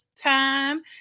time